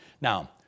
Now